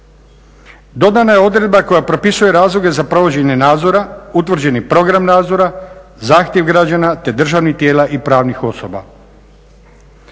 Dodana je odredbe koja propisuje razloge za provođenje nadzora, utvrđeni program nadzora, zahtjev građana te državnih tijela i pravnih osoba.